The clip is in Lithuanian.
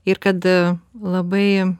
ir kad labai